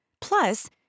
Plus